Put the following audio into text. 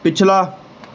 ਪਿਛਲਾ